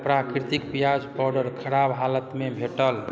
प्राकृतिक पिआज पाउडर खराब हालतिमे भेटल